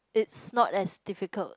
it's not as difficult